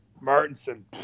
Martinson